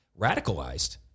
radicalized